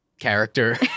character